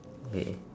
okay